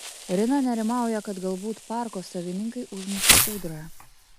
rina nerimauja kad galbūt parko savininkai užmušė ūdrą